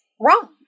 wrong